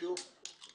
שביקשו את רשות הדיבור.